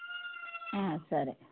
సరే